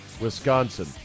Wisconsin